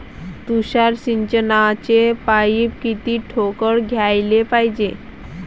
तुषार सिंचनाचे पाइप किती ठोकळ घ्याले पायजे?